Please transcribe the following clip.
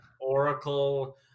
Oracle